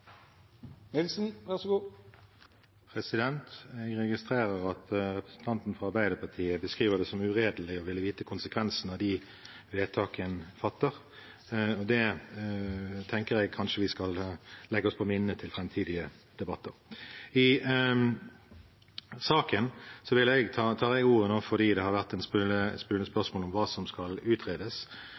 Jeg registrerer at representanten fra Arbeiderpartiet beskriver det som uredelig å ville vite konsekvensene av de vedtak en fatter. Det tenker jeg kanskje vi skal legge oss på minnet til framtidige debatter. Jeg tar ordet i saken nå fordi det har vært stilt spørsmål om hva som skal utredes.